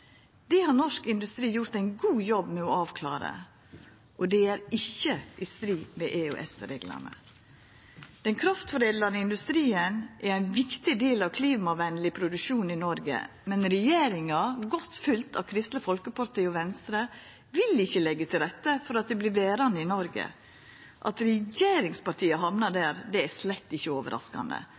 Det har norsk industri gjort ein god jobb med å avklara, og det er ikkje i strid med EØS-reglane. Den kraftforedlande industrien er ein viktig del av klimavennleg produksjon i Noreg, men regjeringa – godt følgt av Kristeleg Folkeparti og Venstre – vil ikkje leggja til rette for at den vert verande i Noreg. At regjeringspartia hamna der, er slett ikkje overraskande.